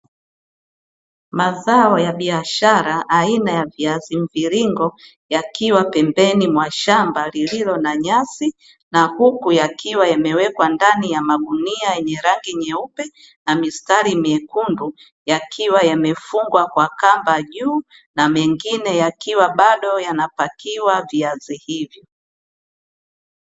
Mazao ya biashara aina ya viazi mviringo yakiwa pembeni ya shamba lililo na nyasi na huku yakiwa yamewekwa ndani ya magunia yenye rangi nyeupe na mistari myekundu, yakiwayamefungwa kwa kamba juu na mengine yakiwa bado yanapakiwa viazi hivyo.